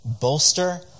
bolster